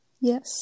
Yes